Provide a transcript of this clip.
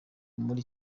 muri